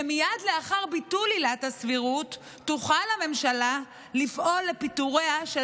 שמייד לאחר ביטול עילת הסבירות תוכל הממשלה לפעול לפיטוריה של